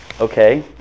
Okay